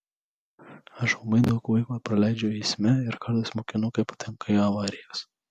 aš labai daug laiko praleidžiu eisme ir kartais mokinukai patenka į avarijas